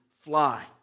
fly